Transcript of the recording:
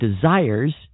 desires